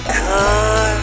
car